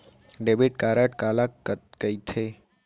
Debit card काला कहिथे?